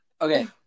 Okay